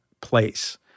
place